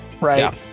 Right